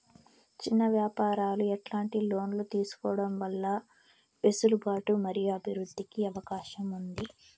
చిన్న వ్యాపారాలు ఎట్లాంటి లోన్లు తీసుకోవడం వల్ల వెసులుబాటు మరియు అభివృద్ధి కి అవకాశం ఉంది?